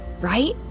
Right